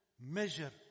measure